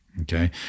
Okay